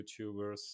youtubers